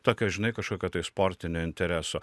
tokio žinai kažkokio tai sportinio intereso